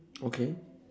okay